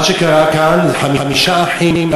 מה שקרה כאן זה שחמישה אחים,